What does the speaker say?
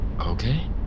Okay